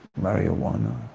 marijuana